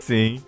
Sim